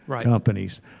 companies